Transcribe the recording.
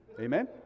Amen